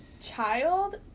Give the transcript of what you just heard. child